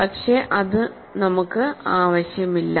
പക്ഷേ അത് നമുക്ക് ആവശ്യമില്ല